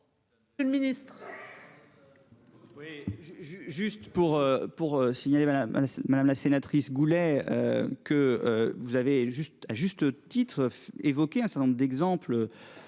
monsieur le ministre,